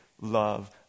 love